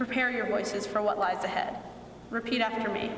prepare your voices for what lies ahead repeat after me